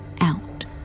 out